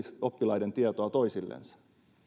oppilaiden tietoja toisillensa